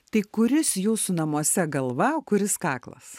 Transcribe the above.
tai kuris jūsų namuose galva o kuris kaklas